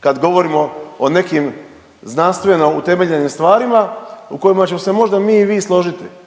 kad govorimo o nekim znanstveno utemeljenim stvarima u kojima ćemo se možda mi i vi složiti,